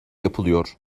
yapılıyor